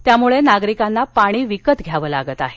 त्यामुळे नागरिकांना पाणी विकत घ्यावं लागत आहे